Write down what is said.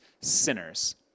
sinners